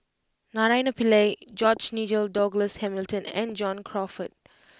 Naraina Pillai George Nigel Douglas Hamilton and John Crawfurd